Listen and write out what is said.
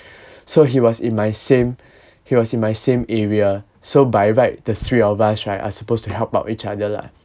so he was in my same he was in my same area so by right the three of us right are supposed to help out each other lah